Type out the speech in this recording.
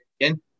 Again